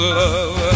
love